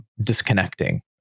disconnecting